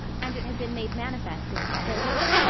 and it had been made manifest in his face.